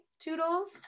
Toodles